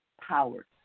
powered